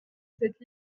cette